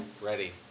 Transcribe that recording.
ready